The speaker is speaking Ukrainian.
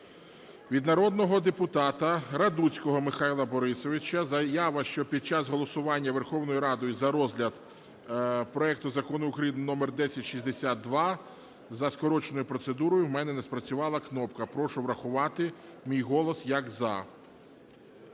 Від народного депутата Радуцького Михайла Борисовича заява, що під час голосування Верховною Радою за розгляд проекту Закону України № 1062 за скороченою процедурою у мене не спрацювала кнопка. Прошу врахувати мій голос як "за".